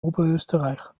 oberösterreich